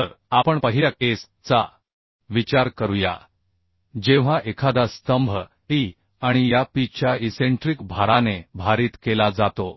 तर आपण पहिल्या केस चा विचार करूया जेव्हा एखादा स्तंभ E आणि या P च्या इसेंट्रिक भाराने भारित केला जातो